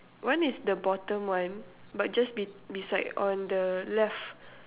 one is the bottom one but just be~ beside on the left